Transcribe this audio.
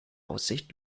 aussicht